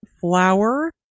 flour